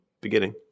beginning